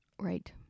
Right